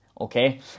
okay